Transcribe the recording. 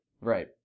Right